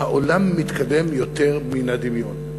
שהעולם מתקדם יותר מן הדמיון.